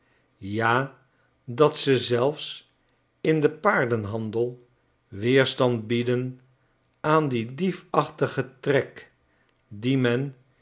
ja dat ze zelfs in den paardenhandel weerstand bieden aan dien diefachtigen trek die men